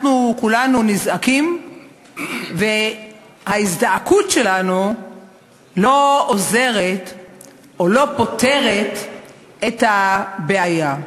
אנחנו כולנו נזעקים וההזדעקות שלנו לא עוזרת או לא פותרת את הבעיה.